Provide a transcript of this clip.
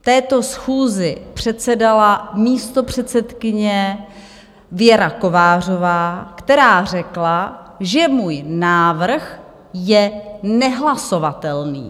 Této schůzi předsedala místopředsedkyně Věra Kovářová, která řekla, že můj návrh je nehlasovatelný.